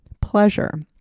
pleasure